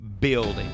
building